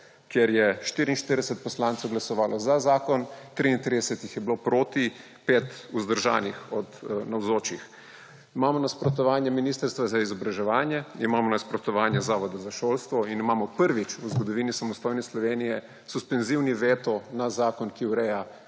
kjer je 44 poslancev glasovalo za zakon, 33 jih je bilo proti, 5 vzdržanih od navzočih. Imamo nasprotovanje ministrstva za izobraževanje, imamo nasprotovanje Zavoda za šolstvo in imamo prvič v zgodovini samostojne Slovenije suspenzivni veto na zakon, ki ureja